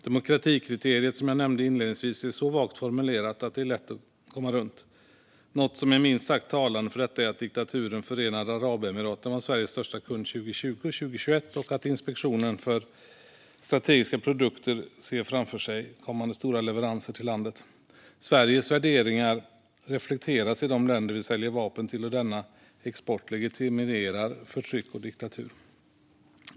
Demokratikriteriet, som jag nämnde inledningsvis, är så vagt formulerat att det är lätt att komma runt. Något som är minst sagt talande för detta är att diktaturen Förenade Arabemiraten var Sveriges största kund 2020 och 2021 och att Inspektionen för strategiska produkter ser framför sig kommande stora leveranser till landet. Sveriges värderingar reflekteras i de länder vi säljer vapen till, och denna export legitimerar förtryck och diktatur.